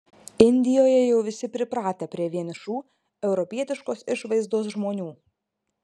indijoje jau visi pripratę prie vienišų europietiškos išvaizdos žmonių